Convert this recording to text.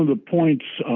um ah points,